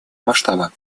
масштаба